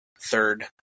third